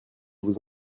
vous